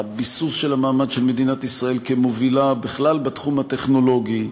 הביסוס של המעמד של מדינת ישראל כמובילה בכלל בתחום הטכנולוגי,